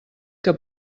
que